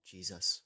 Jesus